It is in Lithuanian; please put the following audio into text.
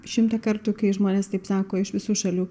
šimtą kartų kai žmonės taip sako iš visų šalių